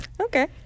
Okay